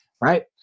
right